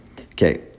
Okay